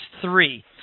three